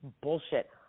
bullshit